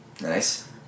Nice